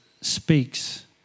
speaks